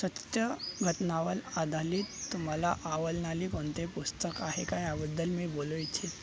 सत्य घटनावर आधारीत तुम्हाला आवलनारी कोणते पुस्तक आहे का याबद्दल मी बोलू इच्छित